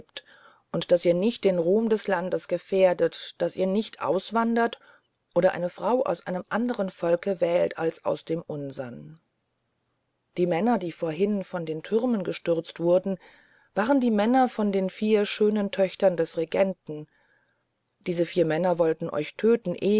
und daß ihr nicht den ruhm des landes gefährdet daß ihr nicht auswandert oder eine frau aus einem andern volke wählt als aus dem unsern die männer die vorhin von den türmen gestürzt wurden waren die männer von den vier schönen töchtern des regenten diese vier männer wollten euch töten